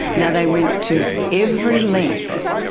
now, they went to every length,